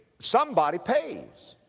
somebody pays,